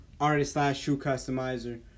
artist-slash-shoe-customizer